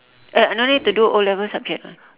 uh no need to do O-level subject ah